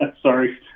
Sorry